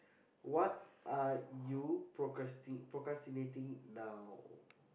what are you procrasti~ procrastinating now